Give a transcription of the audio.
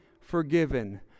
forgiven